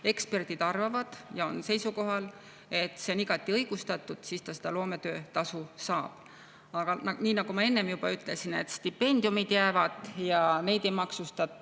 eksperdid arvavad, on seisukohal, et see on igati õigustatud, siis ta seda loometöötasu saab. Nii nagu ma enne juba ütlesin, stipendiumid jäävad ja neid ei maksustata,